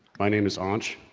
my name is anch,